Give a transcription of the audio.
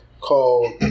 called